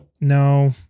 no